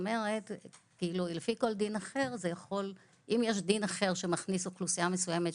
אם יש דין אחר שמכניס אוכלוסייה מסוימת,